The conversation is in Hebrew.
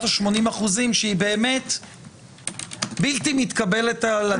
ה-80% שהיא באמת בלתי מתקבלת על הדעת.